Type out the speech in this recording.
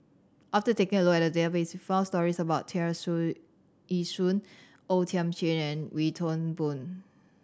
after taking a look at the database we found stories about Tear Ee Soon O Thiam Chin and Wee Toon Boon